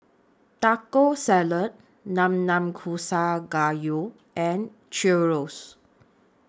Taco Salad Nanakusa Gayu and Chorizo